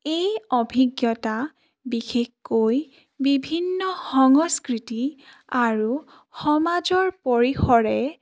এই অভিজ্ঞতা বিশেষকৈ বিভিন্ন সংস্কৃতি আৰু সমাজৰ পৰিসৰে